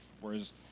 Whereas